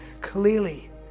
clearly